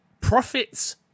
profits